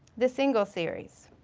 the singles series.